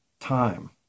time